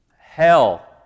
Hell